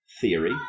theory